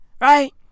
right